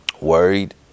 Worried